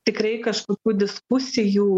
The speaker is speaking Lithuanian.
tikrai kažkokių diskusijų